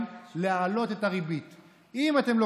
לאנשים שעד היום קיבלו אבטלה וברגע שהם